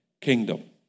kingdom